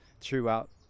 throughout